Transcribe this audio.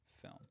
film